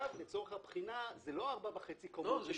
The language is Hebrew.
לצורך הבחינה זה לא ארבע וחצי קומות.